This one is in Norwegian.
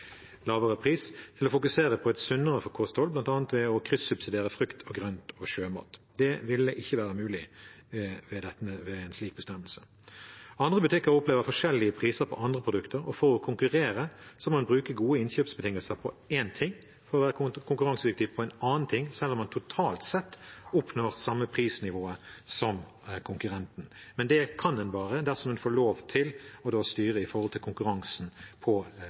lavere pris til å fokusere på et sunnere kosthold, bl.a. ved å kryssubsidiere frukt og grønt og sjømat. Det ville ikke være mulig ved en slik bestemmelse. Andre butikker opplever forskjellige priser på andre produkter, og for å konkurrere må en bruke gode innkjøpsbetingelser på én ting for å være konkurransedyktig på en annen ting, selv om man totalt sett oppnår samme prisnivå som konkurrenten. Men det kan en bare dersom en får lov til å styre i forhold til konkurransen på